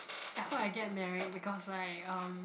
I hope I get married because like um